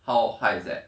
how high is that